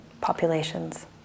populations